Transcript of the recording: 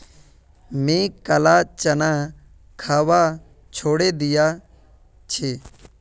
मी काला चना खवा छोड़े दिया छी